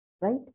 Right